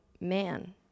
man